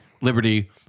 Liberty